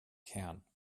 kern